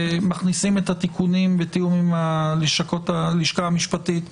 ומכניסים את התיקונים בתיאום עם הלשכה המשפטית,